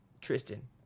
Tristan